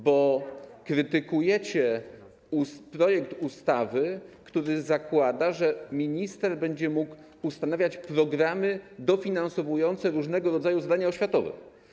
Bo krytykujecie projekt ustawy, który zakłada, że minister będzie mógł ustanawiać programy dofinansowujące różnego rodzaju zadania oświatowe.